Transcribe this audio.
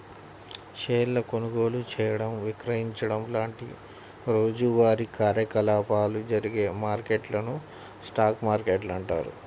షేర్ల కొనుగోలు చేయడం, విక్రయించడం లాంటి రోజువారీ కార్యకలాపాలు జరిగే మార్కెట్లను స్టాక్ మార్కెట్లు అంటారు